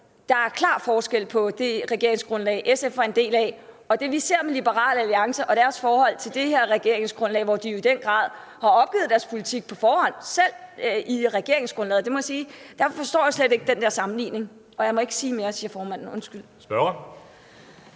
Der er klar forskel på det regeringsgrundlag, SF var en del af, og det, vi ser med Liberal Alliance og deres forhold til det her regeringsgrundlag, hvor de jo i den grad på forhånd har opgivet deres politik – selv i regeringsgrundlaget. Derfor må jeg sige, at jeg slet ikke forstår den sammenligning. Jeg må ikke sige mere, siger formanden. Kl.